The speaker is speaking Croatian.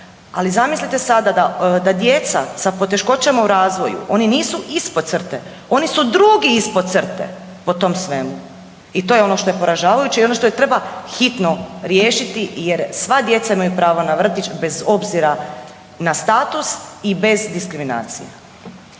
ali zamislite sada da djeca sa poteškoćama u razvoju oni nisu ispod crte, oni su drugi ispod crte po tom svemu i to je ono što je poražavajuće i ono što treba hitno riješiti jer sva djeca imaju pravo na vrtić bez obzira na status i bez diskriminacije.